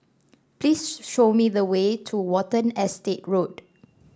please show me the way to Watten Estate Road